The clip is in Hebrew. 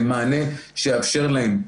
מענה שיאפשר להם,